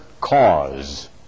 cause